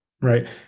right